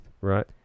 Right